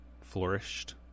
flourished